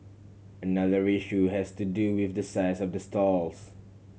another issue has to do with the size of the stalls